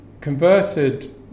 converted